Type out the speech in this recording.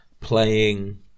playing